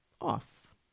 off